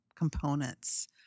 components